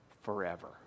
forever